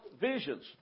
visions